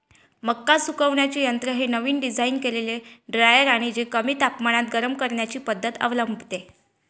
मका सुकवण्याचे यंत्र हे नवीन डिझाइन केलेले ड्रायर आहे जे कमी तापमानात गरम करण्याची पद्धत अवलंबते